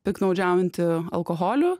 piktnaudžiaujanti alkoholiu